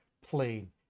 plane